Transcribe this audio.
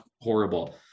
horrible